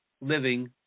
living